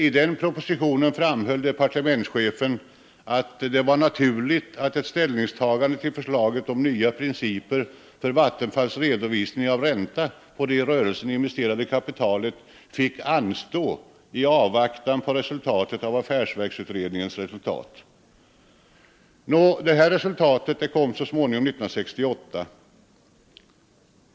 I den propositionen framhöll departementschefen att det var ”naturligt att ett ställningstagande till förslaget om nya principer för vattenfallsverkets redovisning av ränta på det i rörelsen investerade kapitalet fick anstå i avvaktan på resultatet av affärsverksutredningens arbete”. Nå, resultatet av affärsverksutredningens arbete kom så småningom 1968.